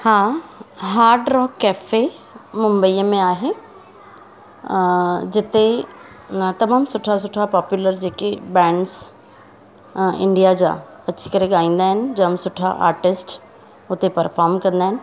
हा hard rock cafe मुंबईअ में आहे जिते न तमामु सुठा सुठा पॉप्युलर जेके बैंड्स इंडिया जा अची करे ॻाईंदा आहिनि जाम सुठा आर्टिस्ट उते परफ़ॉम कंदा आहिनि